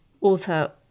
author